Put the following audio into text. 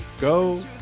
go